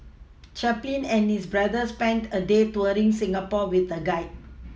Chaplin and his brother spent a day touring Singapore with a guide